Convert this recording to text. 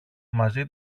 μαζί